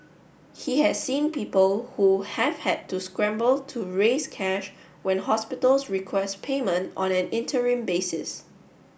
he has seen people who have had to scramble to raise cash when hospitals request payment on an interim basis